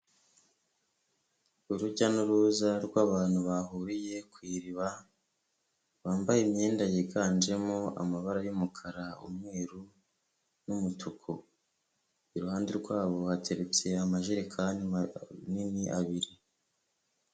Urujya n'uruza rw'abantu bahuriye ku iriba bambaye imyenda yiganjemo amabara y'umukara, umweru n'umutuku, iruhande rwabo bateretse amajerekani manini abiri.